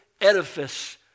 edifice